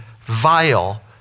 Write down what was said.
vile